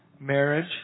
marriage